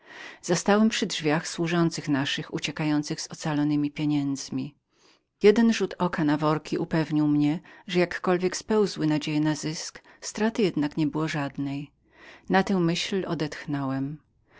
zastałem przy drzwiach służących naszych uciekających z ocalonemi pieniędzmi za jednym rzutem oka na worki poznałem że jakkolwiek spełzły moje nadzieje zysku straty jednak nie było żadnej na tę myśl odetchnąłem